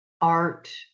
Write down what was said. art